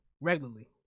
regularly